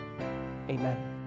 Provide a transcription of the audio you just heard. Amen